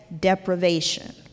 deprivation